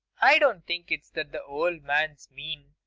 i don't think it's that the old man's mean.